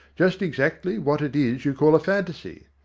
just exactly what it is you call a fantasy.